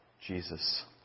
Jesus